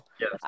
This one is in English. Yes